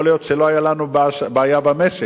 יכול להיות שלא היתה לנו בעיה במשק,